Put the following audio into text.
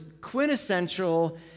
quintessential